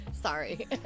Sorry